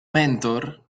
mentor